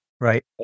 right